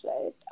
right